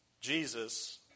Jesus